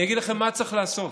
אני אגיד לכם מה צריך לעשות.